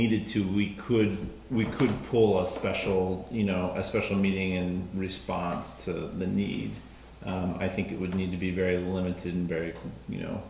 needed to we could we could pull a special you know a special meeting in response to the need i think it would need to be very limited and very you know